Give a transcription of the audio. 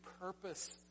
purpose